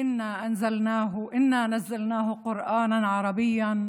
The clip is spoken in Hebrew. אנו הבאנו איתנו קוראן בערבית,